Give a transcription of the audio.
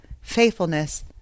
faithfulness